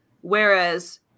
whereas